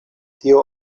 tio